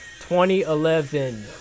2011